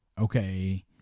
okay